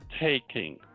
taking